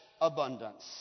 abundance